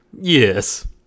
yes